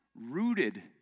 rooted